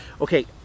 Okay